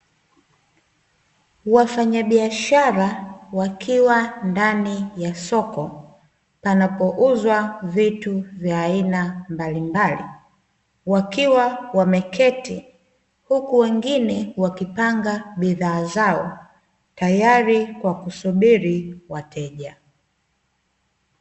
Wafanyabiashara wakiwa ndani ya soko panapouzwa vitu vya aina mbalimbali, wakiwa wameketi huku wengine wakipanga bidhaa zao, tayari kwa kusubiri wateja.